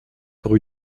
rue